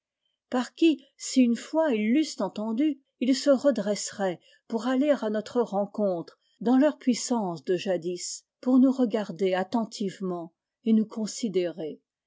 par qui si une fois ils l'eussent entendueils se redresseraient pour aller à notre rencontre dans leur puissance de jadis pour nous regarder attentivement et nous considérer